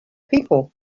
people